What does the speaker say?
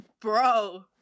bro